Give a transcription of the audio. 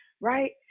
right